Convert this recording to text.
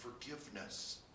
forgiveness